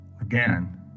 again